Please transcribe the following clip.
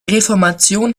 reformation